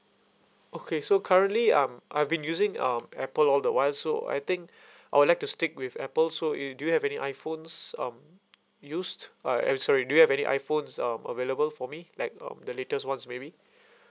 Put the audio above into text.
okay so currently um I've been using um apple all the while so I think I would like to stick with apple so it do you have any iphones um used I I'm sorry do you have any iphones um available for me like um the latest ones maybe